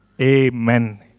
Amen